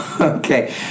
Okay